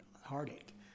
heartache